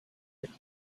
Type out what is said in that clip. takes